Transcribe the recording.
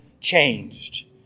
changed